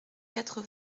quatre